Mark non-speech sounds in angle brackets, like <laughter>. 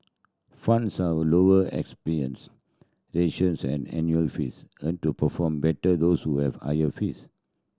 funds <unintelligible> lower expense ratios and annual fees tend to perform better those with higher fees